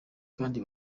kandi